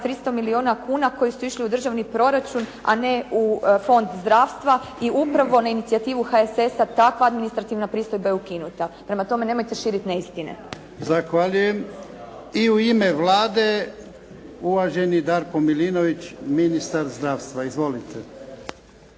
300 milijuna kuna koji su išli u državni proračun, a ne u fond zdravstva i upravo na inicijativu HSS-a takva administrativna pristojba je ukinuta. Prema tome, nemojte širiti neistine. **Jarnjak, Ivan (HDZ)** Zahvaljujem. I u ime Vlade uvaženi Darko Milinović, ministar zdravstva. Izvolite.